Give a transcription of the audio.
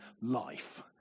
life